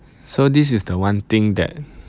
so this is the one thing that